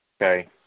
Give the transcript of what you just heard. okay